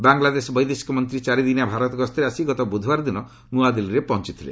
ବାଂଲାଦେଶ ବୈଦେଶିକ ମନ୍ତ୍ରୀ ଚାରିଦିନିଆ ଭାରତ ଗସ୍ତରେ ଆସି ଗତ ବୁଧବାର ଦିନ ନୂଆଦିଲ୍ଲୀରେ ପହଞ୍ଚଥିଲେ